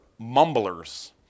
mumblers